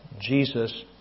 Jesus